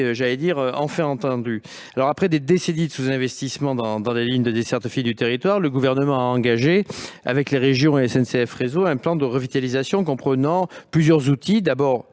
a enfin été entendue. Après des décennies de sous-investissement dans les lignes de desserte fine du territoire, le Gouvernement a engagé avec les régions et SNCF Réseau un plan de revitalisation comprenant plusieurs outils. D'abord,